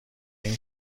این